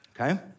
okay